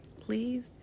Please